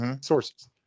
sources